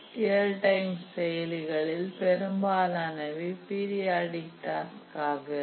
real time செயலிகளில் பெரும்பாலானவை periodic டாஸ்காக இருக்கும்